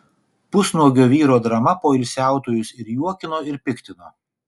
pusnuogio vyro drama poilsiautojus ir juokino ir piktino